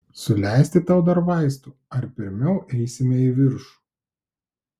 suleisti tau dar vaistų ar pirmiau eisime į viršų